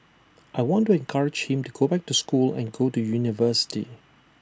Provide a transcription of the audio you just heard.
I want to encourage him to go back to school and go to university